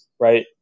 right